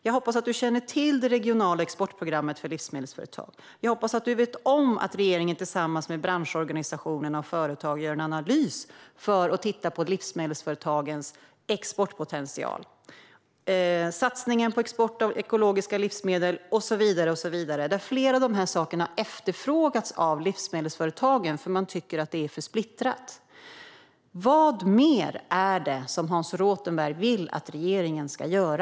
Jag hoppas att du känner till det regionala exportprogrammet för livsmedelsföretag, att du vet om att regeringen tillsammans med branschorganisationerna och företag gör en analys och tittar på livsmedelsföretagens exportpotential, att du känner till satsningen på export av ekologiska livsmedel och så vidare. Flera av de här sakerna har efterfrågats av livsmedelsföretagen. Man tycker att det är för splittrat. Vad mer är det som Hans Rothenberg vill att regeringen ska göra?